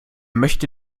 möchte